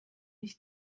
ich